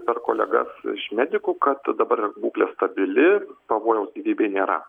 per kolegas iš medikų kad dabar yra būklė stabili pavojaus gyvybei nėra